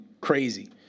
crazy